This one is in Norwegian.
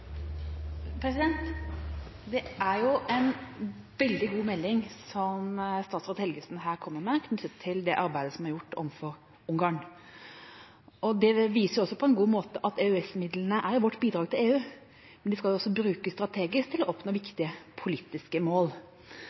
er en veldig god melding statsråd Helgesen her kommer med, knyttet til det arbeidet som er gjort overfor Ungarn. Det viser også på en god måte at EØS-midlene er vårt bidrag til EU, men de skal også brukes strategisk til å oppnå viktige politiske mål.